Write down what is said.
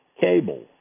cable